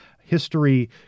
history